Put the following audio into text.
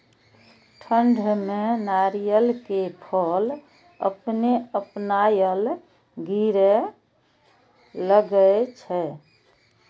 ठंड में नारियल के फल अपने अपनायल गिरे लगए छे?